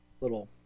little